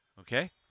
okay